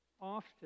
often